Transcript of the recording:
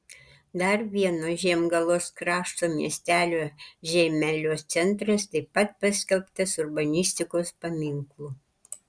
dar vieno žiemgalos krašto miestelio žeimelio centras taip pat paskelbtas urbanistikos paminklu